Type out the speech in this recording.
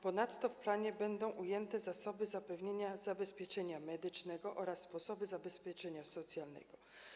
Ponadto w planie będą określone sposoby zapewnienia zabezpieczenia medycznego oraz sposoby zabezpieczenia socjalnego.